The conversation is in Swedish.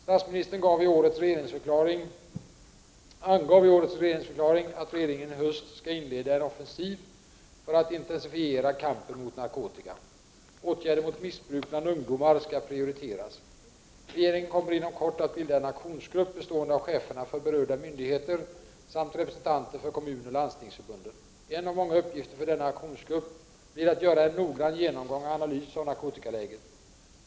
Statsministern angav i årets regeringsförklaring att regeringen i höst skall inleda en offensiv för att intensifiera kampen mot narkotika. Åtgärder mot missbruk bland ungdomar skall prioriteras. Regeringen kommer inom kort att bilda en aktionsgrupp bestående bl.a. av cheferna för berörda myndigheter samt representanter för kommunoch landstingsförbunden. En av många uppgifter för denna aktionsgrupp blir att göra en noggrann genomgång och analys av narkotikaläget.